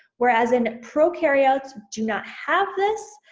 whereas in prokaryotes do not have this.